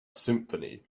symphony